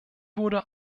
wurde